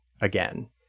again